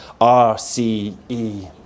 R-C-E